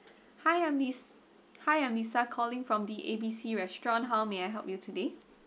hi I'm lis~ hi I'm lisa calling from the A B C restaurant how may I help you today